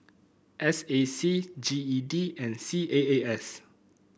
S A C G E D and C A A S